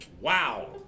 Wow